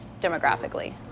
demographically